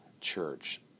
church